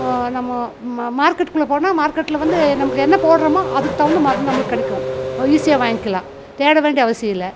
நம்ம மா மார்க்கெட்குள்ளே போனால் மார்க்கெட்டில் வந்து நமக்கு என்ன போடுறோமோ அதுக்கு தகுந்த மருந்து நம்மளுக்கு கிடைக்கும் ஈஸியாக வாங்கிகலாம் தேட வேண்டிய அவசியம் இல்லை